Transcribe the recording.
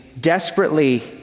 desperately